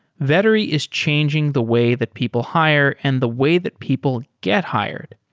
vettery is changing the way that people hire and the way that people get hired.